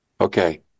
Okay